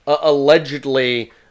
allegedly